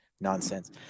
nonsense